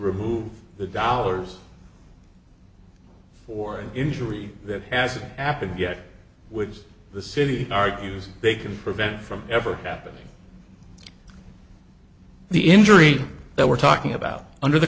remove the dollars for an injury that hasn't happened yet with the city argues they can prevent it from ever happening the injury that we're talking about under the